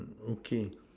okay